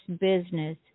business